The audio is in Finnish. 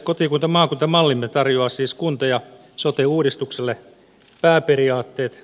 kotikuntamaakunta mallimme tarjoaa siis kunta ja sote uudistukselle pääperiaatteet